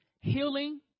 healing